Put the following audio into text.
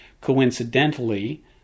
Coincidentally